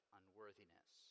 unworthiness